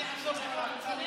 לא,